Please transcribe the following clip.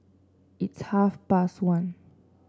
its half past one